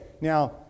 Now